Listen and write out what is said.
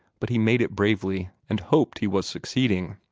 but he made it bravely, and hoped he was succeeding.